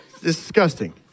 Disgusting